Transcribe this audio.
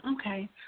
Okay